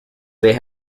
they